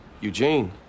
Eugene